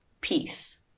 peace